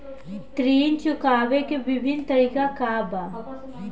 ऋण चुकावे के विभिन्न तरीका का बा?